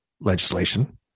legislation